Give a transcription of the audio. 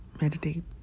Meditate